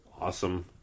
awesome